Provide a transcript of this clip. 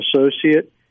Associate